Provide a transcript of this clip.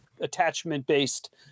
Attachment-based